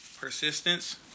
Persistence